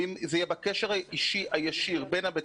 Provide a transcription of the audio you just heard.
אם זה יהיה בקשר האישי הישיר בין בית